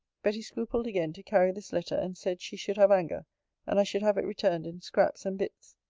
betty scrupled again to carry this letter and said, she should have anger and i should have it returned in scraps and bits.